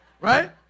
right